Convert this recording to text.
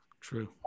True